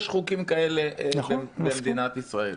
יש חוקים כאלה במדינת ישראל.